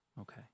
Okay